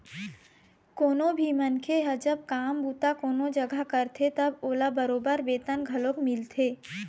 कोनो भी मनखे ह जब काम बूता कोनो जघा करथे तब ओला बरोबर बेतन घलोक मिलथे